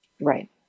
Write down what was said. Right